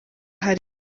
hari